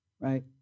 Right